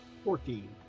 Fourteen